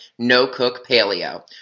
NoCookPaleo